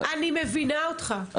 אני מבינה אותך,